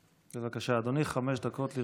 בבקשה, אדוני, חמש דקות לרשותך.